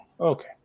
Okay